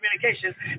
communications